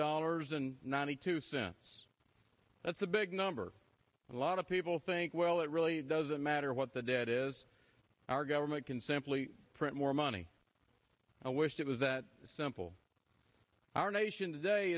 dollars and ninety two cents that's a big number a lot of people think well it really doesn't matter what the debt is our government can simply print more money and wish it was that simple our nation today